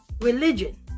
religion